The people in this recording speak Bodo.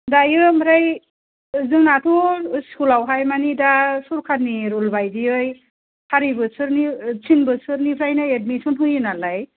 दायो ओमफ्राय जोंनाथ' स्कुल आवहाय माने दा सरखारनि रुल बायदियै सारि बोसोरनि थिन बोसोरनिफ्रायनो एदमिसन होयो नालाय